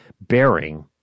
bearing